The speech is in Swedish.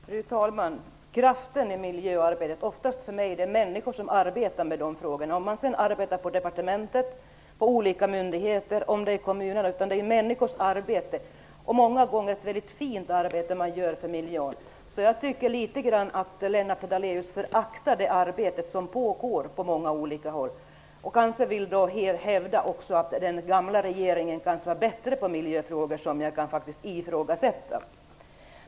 Fru talman! Kraften i miljöarbetet är för mig oftast de människor som arbetar med dessa frågor. Det kan vara i departementet, på olika myndigheter eller ute i kommunerna. Många gånger gör de ett väldigt fint arbete för miljön. Jag tycker alltså att Lennart Daléus litet grand föraktar det arbete som pågår på många olika håll. Kanske vill han också hävda att den gamla regeringen var bättre på miljöfrågor, något som jag ifrågasätter.